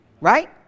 right